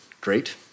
great